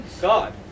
God